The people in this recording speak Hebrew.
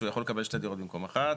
שהוא יכול לקבל שתי דירות במקום אחת.